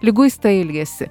liguistą ilgesį